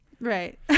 Right